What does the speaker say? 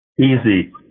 Easy